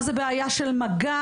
מה זה בעיה של מגע.